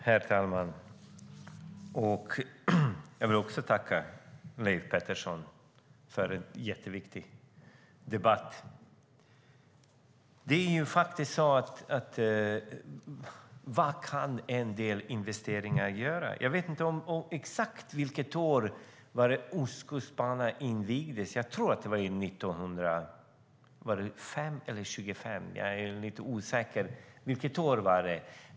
Herr talman! Jag vill tacka Leif Pettersson för en jätteviktig interpellationsdebatt. Vad kan en del investeringar leda till? Jag vet inte exakt vilket år som Ostkustbanan invigdes. Jag tror att det var 1905 eller 1925. Jag är lite osäker på det.